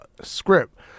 script